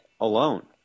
alone